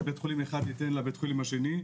שבית חולים אחד ייתן לבית החולים השני,